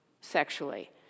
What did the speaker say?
sexually